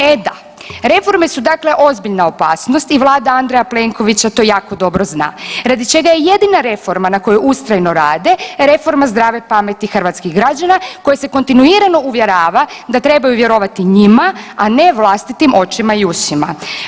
E da, reforme su dakle ozbiljna opasnost i Vlada Andreja Plenkovića to jako dobro zna radi čega je jedina reforma na kojoj ustrajno rade reforma zdrave pameti hrvatskih građana koje se kontinuirano uvjerava da trebaju vjerovati njima, a ne vlastitim očima i ušima.